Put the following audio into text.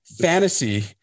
fantasy